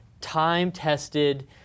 time-tested